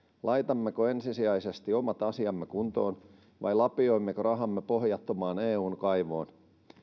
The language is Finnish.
laitammeko ensisijaisesti omat asiamme kuntoon vai lapioimmeko rahamme pohjattomaan eun kaivoon